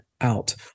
out